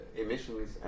emissions